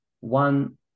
one